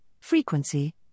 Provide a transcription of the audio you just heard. frequency